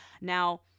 Now